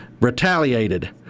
retaliated